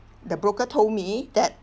the broker told me that